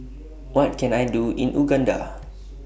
What Can I Do in Uganda